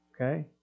okay